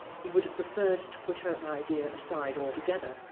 he would have preferred to put her idea aside altogether,